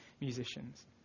musicians